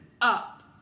up